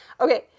Okay